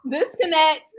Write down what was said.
Disconnect